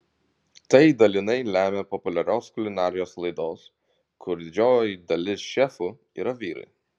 tai dalinai lemia populiarios kulinarijos laidos kur didžioji dalis šefų yra vyrai